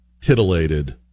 titillated